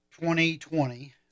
2020